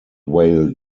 whale